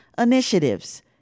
initiatives